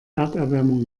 erderwärmung